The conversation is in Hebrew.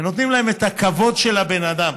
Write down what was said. ונותנים להן את הכבוד של הבן אדם,